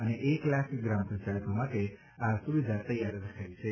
અને એક લાખ ગ્રામપંચાયતો માટે આ સુવિધા તૈયાર રખાઇ છે